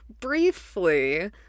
Briefly